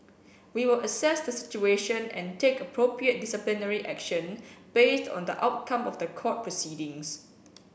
we will assess the situation and take appropriate disciplinary action based on the outcome of the court proceedings